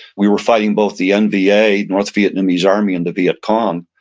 we were fighting both the nva north vietnamese army and the viet cong.